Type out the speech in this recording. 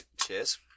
Cheers